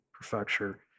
Prefecture